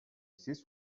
زیست